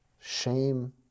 shame